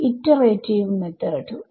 iterative മെത്തോഡുകൾ